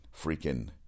freaking